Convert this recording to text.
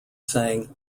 saying